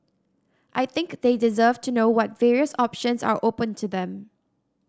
I think they deserve to know what various options are open to them